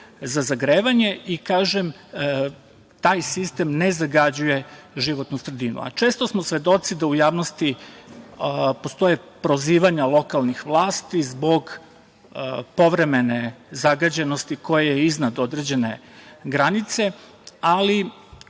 za zagrevanje i kažem taj sistem ne zagađuje životnu sredinu. Često smo svedoci da u javnosti postoje prozivanja lokalnih vlasti zbog povremene zagađenosti koja je iznad određene granice, ali